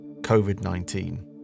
COVID-19